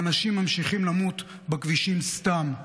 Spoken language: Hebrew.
ואנשים ממשיכים למות בכבישים סתם.